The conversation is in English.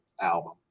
album